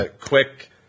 quick